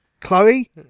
chloe